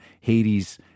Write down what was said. Hades